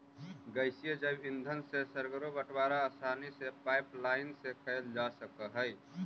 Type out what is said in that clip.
गैसीय जैव ईंधन से सर्गरो बटवारा आसानी से पाइपलाईन से कैल जा सकऽ हई